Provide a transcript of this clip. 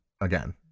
again